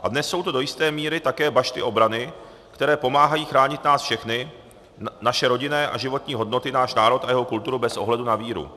A dnes jsou to do jisté míry také bašty obrany, které pomáhají chránit nás všechny, naše rodinné a životní hodnoty, náš národ a jeho kulturu bez ohledu na víru.